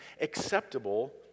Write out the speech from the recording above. acceptable